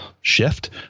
shift